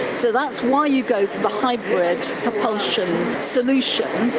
so that's why you go for the hybrid propulsion solution.